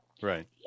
Right